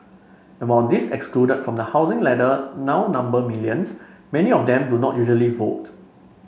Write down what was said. and while those excluded from the housing ladder now number millions many of them do not usually vote